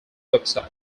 website